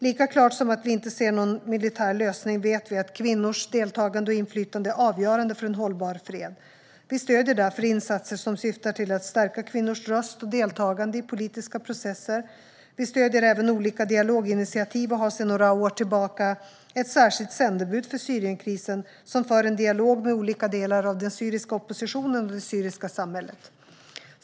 Vi är klara över att vi inte ser någon militär lösning. Lika klara är vi över att kvinnors deltagande och inflytande är avgörande för en hållbar fred. Vi stöder därför insatser som syftar till att stärka kvinnors röst och deltagande i politiska processer. Vi stöder även olika dialoginitiativ och har sedan några år tillbaka ett särskilt sändebud för Syrienkrisen, som för en dialog med olika delar av den syriska oppositionen och det syriska samhället.